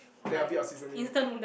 there're a bit of seasoning